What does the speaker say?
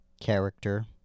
character